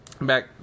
back